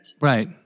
right